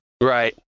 Right